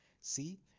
see